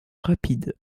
rapide